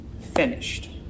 finished